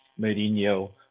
Mourinho